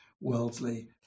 worldly